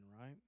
right